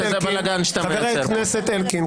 חבר הכנסת אלקין,